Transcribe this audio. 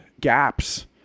gaps